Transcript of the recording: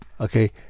Okay